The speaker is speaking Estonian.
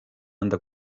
anda